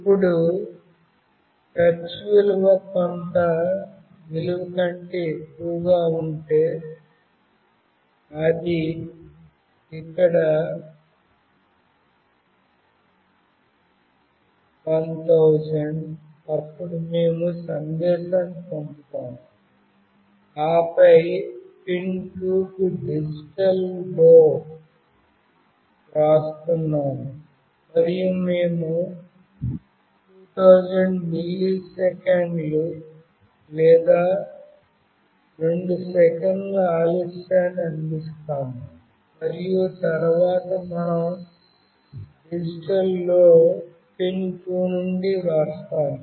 ఇప్పుడు టచ్ విలువ కొంత విలువ కంటే ఎక్కువగా ఉంటే అది ఇక్కడ 1000 అప్పుడు మేము సందేశాన్ని పంపుతాము ఆపై పిన్ 2 కు డిజిటల్ లో వ్రాస్తున్నాము మరియు మేము 2000 మిల్లీసెకన్లు లేదా 2 సెకన్ల ఆలస్యాన్ని అందిస్తాము మరియు తరువాత మనం డిజిటల్ లో పిన్ 2 నుండి వ్రాస్తాము